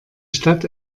stadt